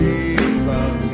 Jesus